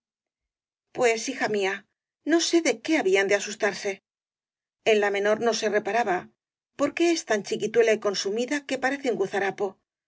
pues hija mía no sé de qué habían de asus tarse en la menor no se reparaba porque es tan chiquituela y consumida que parece un